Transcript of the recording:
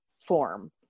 form